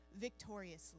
victoriously